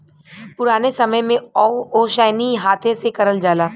पुराने समय में ओसैनी हाथे से करल जाला